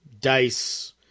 dice